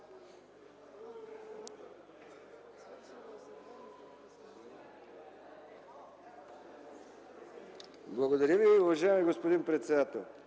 Благодаря Ви, уважаема госпожо председател.